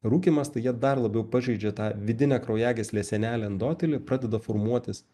rūkymas tai jie dar labiau pažeidžia tą vidinę kraujagyslės sienelę endotelį pradeda formuotis